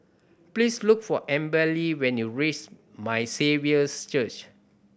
please look for Amberly when you reach My Saviour's Church